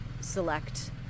select